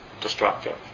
destructive